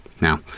Now